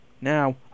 Now